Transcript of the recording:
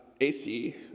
AC